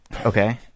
okay